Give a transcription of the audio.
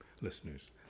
listeners